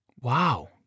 Wow